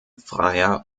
freier